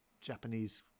Japanese